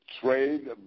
trade